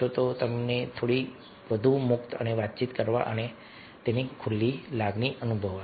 તમે શું થશે તે વ્યક્તિ થોડી વધુ મુક્ત અને વાતચીત કરવા અને વાત કરવા માટે ખુલ્લી લાગશે